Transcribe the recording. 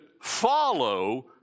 follow